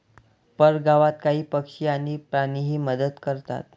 परगावात काही पक्षी आणि प्राणीही मदत करतात